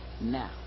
now